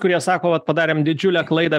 kurie sako vat padarėm didžiulę klaidą